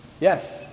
yes